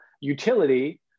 utility